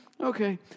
Okay